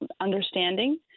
understanding